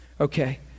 okay